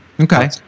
okay